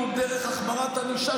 ב"כאילו" דרך החמרת ענישה,